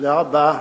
תודה רבה.